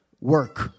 work